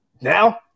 now